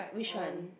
which one